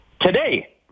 Today